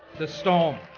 the storm.